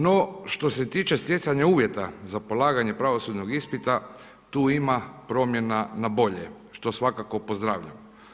No što se tiče stjecanja uvjeta za polaganje pravosudnog ispita, tu ima promjena na bolje što svakako pozdravljam.